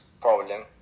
problem